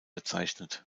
bezeichnet